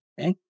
Okay